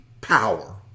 power